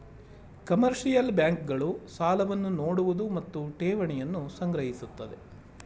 commercial bank ಗಳು ಸಾಲವನ್ನು ನೋಡುವುದು ಮತ್ತು ಠೇವಣಿಯನ್ನು ಸಂಗ್ರಹಿಸುತ್ತದೆ